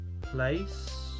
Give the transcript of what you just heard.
Place